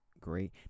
great